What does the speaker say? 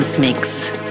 mix